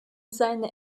seine